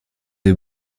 des